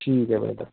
ठीक है मैडम